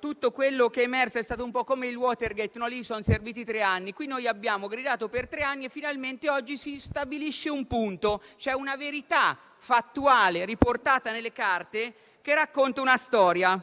Tutto quello che emerse è stato un po' come il Watergate: in quel caso son serviti tre anni, qui noi abbiamo gridato per tre anni e finalmente oggi si stabilisce un punto, una verità fattuale riportata nelle carte racconta una storia.